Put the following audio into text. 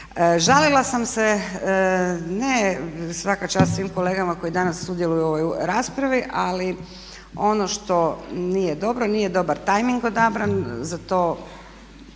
Žalila sam se, ne svaka čast svim kolegama koji danas sudjeluju u ovoj raspravi ali ono što nije dobro, nije dobar tajming odabran za to,